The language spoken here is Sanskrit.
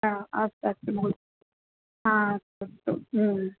अ अस्तु अस्तु महोदय आ अस्तु अस्तु